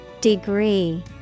degree